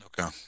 Okay